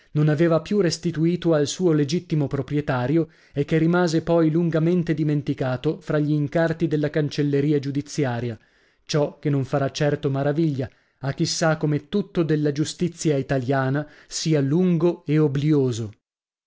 non aveva più restituito al suo legittimo proprietario e che rimase poi lungamente dimenticato fra gli incarti della cancelleria giudiziaria ciò che non farà certo maraviglia a chi sa come tutto della giustizia italiana sia lungo e oblioso